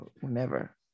Whenever